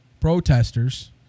Protesters